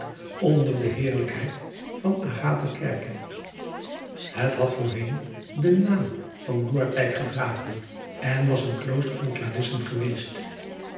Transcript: onder de heerlijkheid van agten erke et had voorheen den naam van oorddijk gedragen en was een klooster van larissen geweest